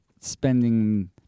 spending